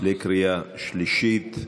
לקריאה שלישית.